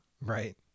Right